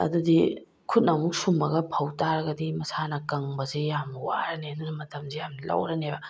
ꯑꯗꯨꯗꯤ ꯈꯨꯠꯅ ꯑꯃꯨꯛ ꯁꯨꯝꯃꯒ ꯐꯧ ꯇꯥꯔꯒꯗꯤ ꯃꯁꯥꯅ ꯀꯪꯕꯁꯤ ꯌꯥꯝ ꯋꯥꯔꯅꯤ ꯑꯗꯨꯅ ꯃꯇꯝꯁꯤ ꯌꯥꯝ ꯂꯧꯔꯅꯦꯕ